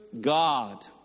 God